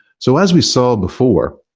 so as we saw before,